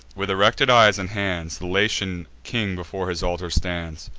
with erected eyes and hands, the latian king before his altar stands.